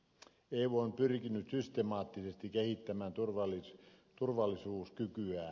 eu on pyrkinyt systemaattisesti kehittämään turvallisuuskykyään